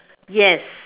yes